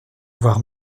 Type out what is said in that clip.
voir